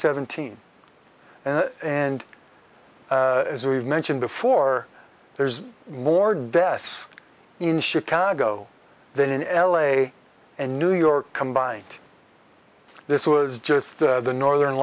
seventeen and as we've mentioned before there's more deaths in chicago than in l a and new york combined this was just the northern